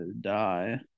die